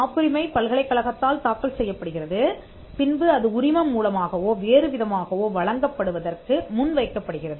காப்புரிமை பல்கலைக் கழகத்தால் தாக்கல் செய்யப்படுகிறது பின்பு அது உரிமம் மூலமாகவோ வேறு விதமாகவோ வழங்கப் படுவதற்கு முன் வைக்கப்படுகிறது